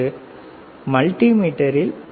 எனவே மல்டிமீட்டரில் பி